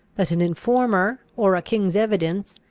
that an informer or a king's evidence,